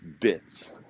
bits